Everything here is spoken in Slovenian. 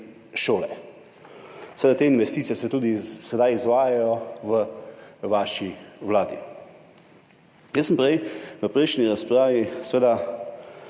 šole. Seveda, te investicije se tudi sedaj izvajajo v vaši vladi. V prejšnji razpravi sem